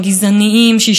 את השיסוי,